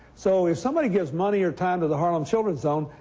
so if somebody gives money or time to the harlem children's zone,